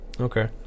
Okay